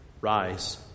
Rise